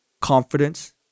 confidence